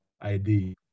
ID